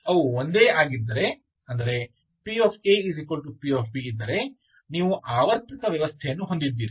ಅವು ಒಂದೇ ಆಗಿದ್ದರೆ pa pb ನೀವು ಆವರ್ತಕ ವ್ಯವಸ್ಥೆಯನ್ನು ಹೊಂದಿದ್ದೀರಿ